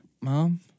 mom